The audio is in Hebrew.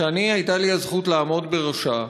שהייתה לי הזכות לעמוד בראשה.